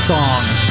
Songs